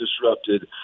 disrupted